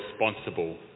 responsible